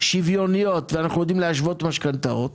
שוויוניות ואנו יודעים להשוות משכנתאות,